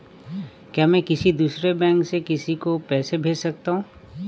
क्या मैं किसी दूसरे बैंक से किसी को पैसे भेज सकता हूँ?